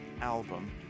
album